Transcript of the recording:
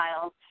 files